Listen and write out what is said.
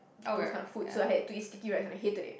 those kinds of food so I hate to eat sticky rice and I hated it